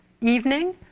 evening